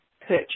purchase